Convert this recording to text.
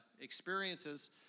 experiences